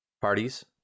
Parties